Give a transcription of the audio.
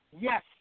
Yes